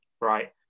right